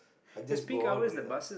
I just go out only lah